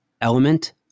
element